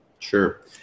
Sure